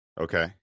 Okay